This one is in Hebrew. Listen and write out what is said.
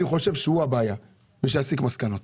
אני חושב שהוא הבעיה ושיסיק מסקנות.